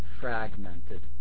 fragmented